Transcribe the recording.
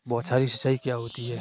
बौछारी सिंचाई क्या होती है?